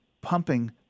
pumping